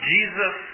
Jesus